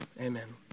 amen